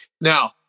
Now